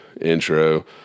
intro